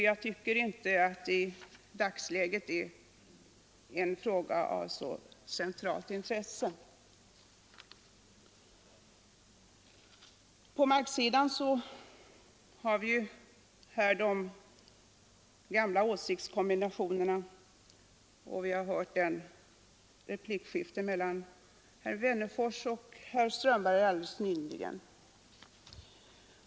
Jag tycker inte att detta i dagsläget är en fråga av så centralt intresse. På marksidan har vi de gamla åsiktskombinationerna, och vi har här nyligen hört ett replikskifte mellan herr Wennerfors och herr Strömberg.